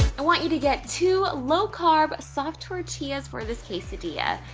i want you to get two low-carb soft tortillas for this quesadilla.